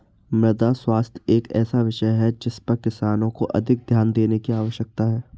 मृदा स्वास्थ्य एक ऐसा विषय है जिस पर किसानों को अधिक ध्यान देने की आवश्यकता है